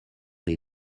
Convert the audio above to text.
les